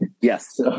yes